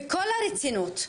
בכל הרצינות,